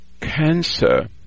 cancer